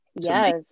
Yes